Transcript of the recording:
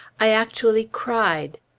i actually cried.